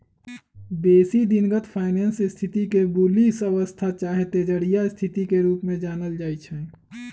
बेशी दिनगत फाइनेंस स्थिति के बुलिश अवस्था चाहे तेजड़िया स्थिति के रूप में जानल जाइ छइ